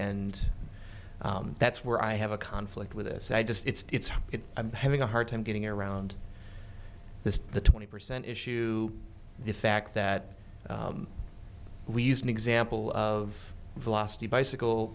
and that's where i have a conflict with this i just it's i'm having a hard time getting around this the twenty percent issue the fact that we used an example of velocity bicycle